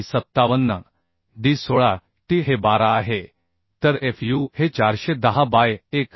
57 होता D 16 T हे 12 आहे तर Fu हे 410 बाय 1